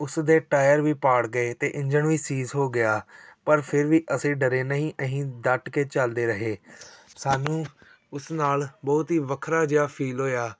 ਉਸ ਦੇ ਟਾਇਰ ਵੀ ਪਾੜ ਗਏ ਅਤੇ ਇੰਜਨ ਵੀ ਸੀਸ ਹੋ ਗਿਆ ਪਰ ਫਿਰ ਵੀ ਅਸੀਂ ਡਰੇ ਨਹੀਂ ਅਸੀਂ ਡੱਟ ਕੇ ਚਲਦੇ ਰਹੇ ਸਾਨੂੰ ਉਸ ਨਾਲ ਬਹੁਤ ਹੀ ਵੱਖਰਾ ਜਿਹਾ ਫੀਲ ਹੋਇਆ